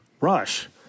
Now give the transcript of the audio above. rush